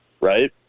Right